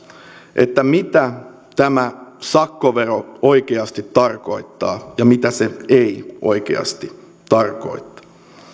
mitä tämä sakkovero oikeasti tarkoittaa ja mitä se ei oikeasti tarkoita